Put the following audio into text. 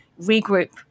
regroup